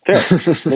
Fair